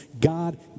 God